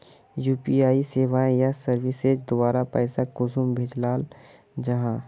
UPI सेवाएँ या services द्वारा पैसा कुंसम भेजाल जाहा?